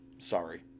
sorry